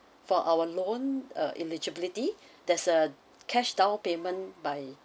for our loan uh eligibility there's a cash down payment by